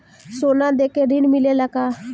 सोना देके ऋण मिलेला का?